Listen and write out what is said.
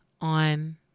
on